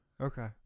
Okay